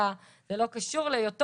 זה לא היה במהלך הבדיקה,